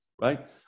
right